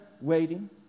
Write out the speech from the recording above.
waiting